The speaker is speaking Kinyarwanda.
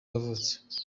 yavutse